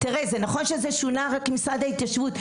זה נכון שזה שונה למשרד ההתיישבות,